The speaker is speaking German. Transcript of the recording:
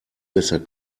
besser